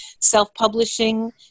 Self-publishing